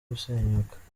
gusenyuka